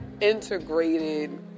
integrated